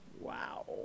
Wow